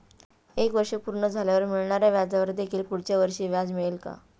एक वर्ष पूर्ण झाल्यावर मिळणाऱ्या व्याजावर देखील पुढच्या वर्षी व्याज मिळेल का?